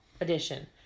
edition